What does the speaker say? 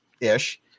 ish